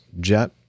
jet